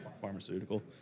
Pharmaceutical